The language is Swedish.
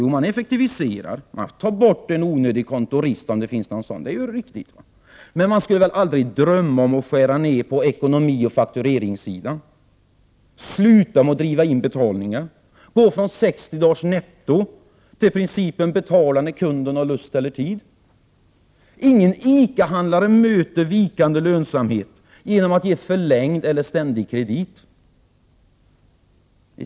Jo, man effektiviserar, man tar bort en onödig kontorist om det finns någon sådan — det är ju riktigt — men man skulle väl aldrig drömma om att skära ner på ekonomioch faktureringssidan, sluta med att driva in betalningar, gå från 60 dagars netto till principen kunden betalar när han lust eller tid? Ingen ICA-handlare möter vikande lönsamhet genom att ge förlängd eller ständig kredit!